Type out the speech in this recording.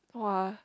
!wah!